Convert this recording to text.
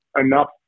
enough